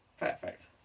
Perfect